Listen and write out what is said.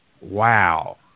wow